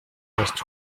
гарч